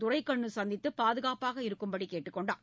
துரைக்கண்னு சந்தித்து பாதுகாப்பாக இருக்கும்படி கேட்டுக் கொண்டார்